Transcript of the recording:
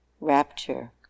rapture